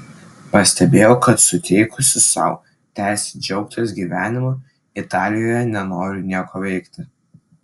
pastebėjau kad suteikusi sau teisę džiaugtis gyvenimu italijoje nenoriu nieko veikti